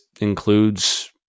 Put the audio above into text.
includes